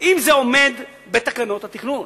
אם זה עומד בתקנות התכנון?